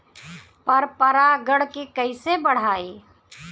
पर परा गण के कईसे बढ़ाई?